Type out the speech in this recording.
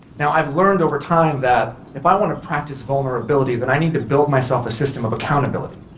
now, i've learned over time that if i want to practice vulnerability, then i need to build myself a system of accountability.